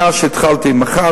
מאז התחלתי עם אחד,